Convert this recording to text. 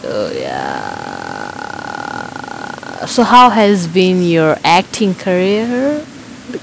err ya err so how has you're acting career